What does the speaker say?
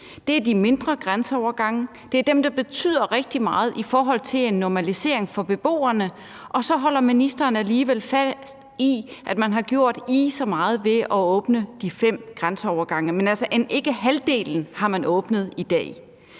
det er de mindre grænseovergange. Det er dem, der betyder rigtig meget i forhold til en normalisering for beboerne. Og så holder ministeren alligevel fast i, at man har gjort ih så meget ved at åbne de fem grænseovergange, men end ikke halvdelen har man åbnet i dag.